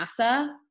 NASA